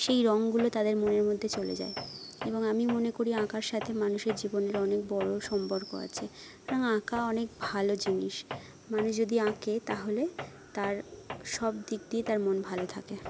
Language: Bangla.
সেই রংগুলো তাদের মনের মধ্যে চলে যায় এবং আমি মনে করি আঁকার সাথে মানুষের জীবনের অনেক বড় সম্পর্ক আছে আঁকা অনেক ভালো জিনিস মানুষ যদি আঁকে তাহলে তার সব দিক দিয়ে তার মন ভালো থাকে